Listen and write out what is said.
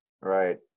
Right